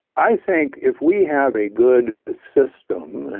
i think if we have a good system,